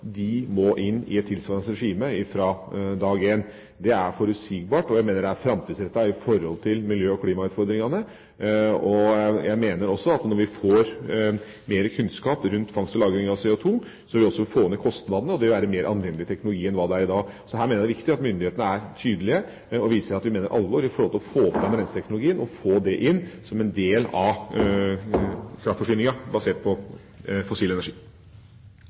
de kraftverk i Norge basert på gass som heretter planlegges, må inn i et tilsvarende regime fra dag én. Det er forutsigbart, og jeg mener det er framtidsrettet i forhold til miljø- og klimautfordringene. Når vi får mer kunnskap rundt fangst og lagring av CO2, vil vi også få ned kostnadene, og teknologien vil være mer anvendelig enn i dag. Her mener jeg det er viktig at myndighetene er tydelige og viser at man mener alvor med å få på plass renseteknologien , og få det inn som en del av kraftforsyningen basert på fossil energi.